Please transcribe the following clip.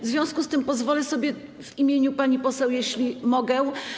W związku z tym pozwolę sobie w imieniu pani poseł, jeśli mogę.